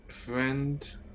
friend